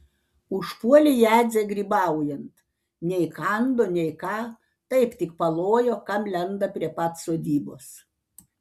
užpuolė jadzę grybaujant nei kando nei ką taip tik palojo kam lenda prie pat sodybos